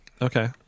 okay